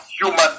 human